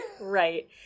Right